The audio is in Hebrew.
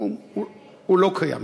זה לא קיים.